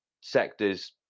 sectors